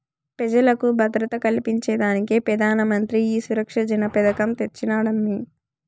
పెజలకు భద్రత కల్పించేదానికే పెదానమంత్రి ఈ సురక్ష జన పెదకం తెచ్చినాడమ్మీ